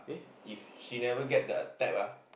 if she never get the type ah